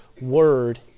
word